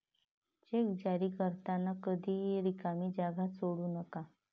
check जारी करताना कधीही रिकामी जागा सोडू नका